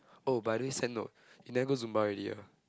oh by the way side note you never go Zumba already ah